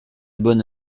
bonne